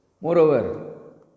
Moreover